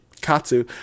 Katsu